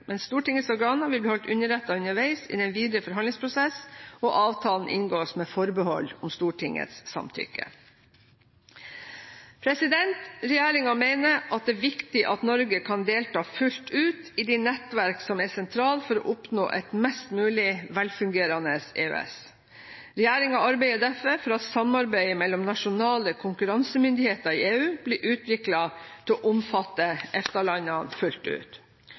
Stortingets organer vil bli holdt underrettet underveis i den videre forhandlingsprosess, og avtalen inngås med forbehold om Stortingets samtykke. Regjeringen mener at det er viktig at Norge kan delta fullt ut i de nettverk som er sentrale for å oppnå et mest mulig velfungerende EØS. Regjeringen arbeider derfor for at samarbeidet mellom nasjonale konkurransemyndigheter i EU blir utviklet til å omfatte EFTA-landene fullt ut.